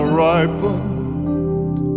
ripened